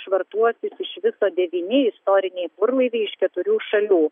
švartuosis iš viso devyni istoriniai burlaiviai iš keturių šalių